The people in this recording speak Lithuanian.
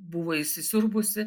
buvo įsisiurbusi